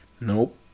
Nope